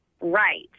right